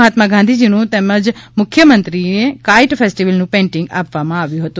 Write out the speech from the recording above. મહાત્મા ગાંધીજીનું તેમજ મુખ્યમંત્રીશ્રીને કાઇટ ફેસ્ટિવલનું પેઇન્ટિંગ આપવામાં આવ્યું હતું